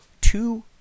two